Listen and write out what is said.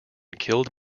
killed